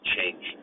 change